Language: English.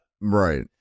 Right